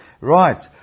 Right